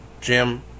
Jim